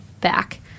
back